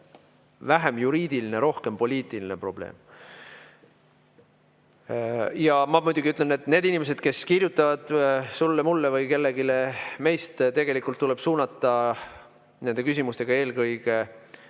vähem juriidiline, rohkem poliitiline probleem. Ja ma muidugi ütlen, et need inimesed, kes kirjutavad sulle, mulle või kellelegi meist, tegelikult tuleb suunata nende küsimustega eelkõige